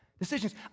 decisions